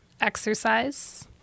exercise